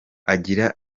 agira